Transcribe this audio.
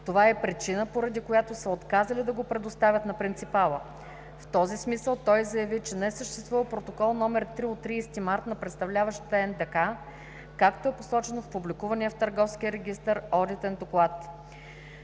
Това е причината, поради която са отказали да го предоставят на принципала. В този смисъл той заяви, че не съществува Протокол № 3 от 30 март 2017 г. на представляващата НДК, както е посочено в публикувания в Търговския